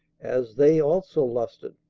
as they also lusted.